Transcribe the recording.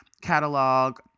catalog